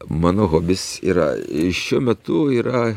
mano hobis yra šiuo metu yra